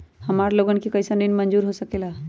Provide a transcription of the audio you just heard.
हमार लोगन के कइसन ऋण मंजूर हो सकेला?